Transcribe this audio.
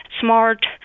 SMART